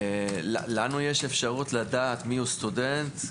לנו יש אפשרות לדעת מי הוא סטודנט,